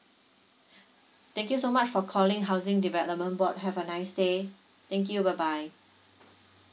thank you so much for calling housing development board have a nice day thank you bye bye